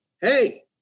hey